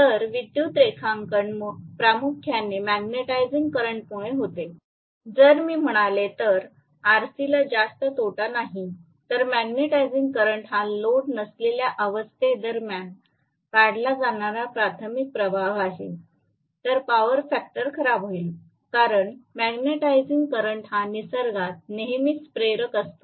तर विद्युत रेखांकन प्रामुख्याने मॅग्नेटिझिंग करंटमुळे होते जर मी म्हणाले तर आरसीला जास्त तोटा होत नाही जर मॅग्नेटिझिंग करंट हा लोड नसलेल्या अवस्थे दरम्यान काढला जाणारा प्राथमिक प्रवाह असेल तर पॉवर फॅक्टर खराब होईल कारण मॅग्नेटिझिंग करंट हा निसर्गात नेहमीच प्रेरक असतो